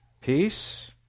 peace